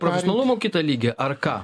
profesionalumo kitą lygį ar ką